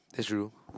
true